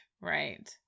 right